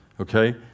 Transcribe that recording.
okay